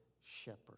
Shepherd